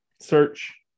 search